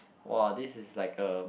!wah! this is like a